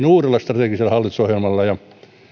uudella strategisella hallitusohjelmalla ja